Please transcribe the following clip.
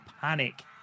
panic